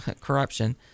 corruption